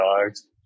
dogs